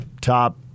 top